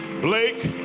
Blake